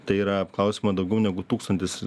tai yra apklausiama daugiau negu tūkstantis